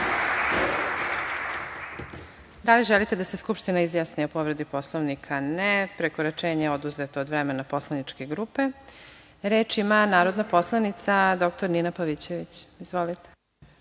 Da li želite da se Skupština izjasni o povredi Poslovnika? (Ne)Prekoračenje je oduzeto od vremena poslaničke grupe. Reč ima narodna poslanica dr Nina Pavićević. **Nina